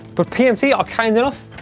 but pnc are kind enough